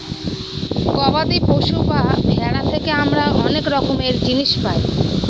গবাদি পশু বা ভেড়া থেকে আমরা অনেক রকমের জিনিস পায়